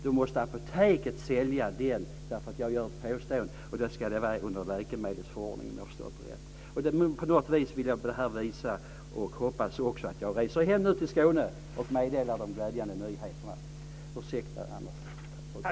Den måste säljas på apoteket eftersom jag gör ett sådant påstående, och om jag har förstått saken rätt går det då under läkemedelsförordningen. Jag ville bara visa detta. Jag hoppas att jag nu kan resa hem till Skåne och meddela de glädjande nyheterna.